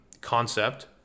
Concept